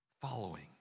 following